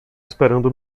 esperando